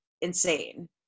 insane